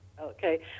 Okay